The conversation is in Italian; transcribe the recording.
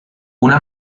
una